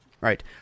Right